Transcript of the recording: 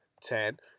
ten